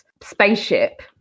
spaceship